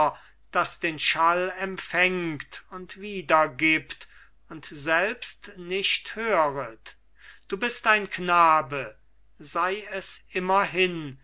das den schall empfängt und wiedergibt und selbst nicht höret du bist ein knabe sei es immerhin